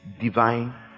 divine